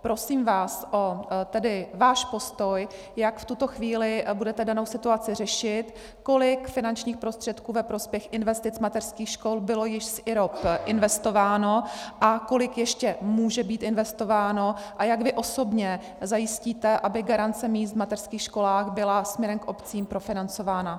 Prosím vás o váš postoj, jak v tuto chvíli budete danou situaci řešit, kolik finančních prostředků ve prospěch investic mateřských škol bylo již s IROP investováno a kolik ještě může být investováno a jak vy osobně zajistíte, aby garance míst v mateřských školách byla směrem k obcím profinancována.